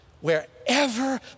wherever